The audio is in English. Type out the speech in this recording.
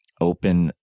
open